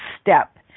step